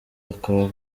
bakaba